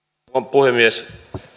puhemies